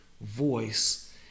voice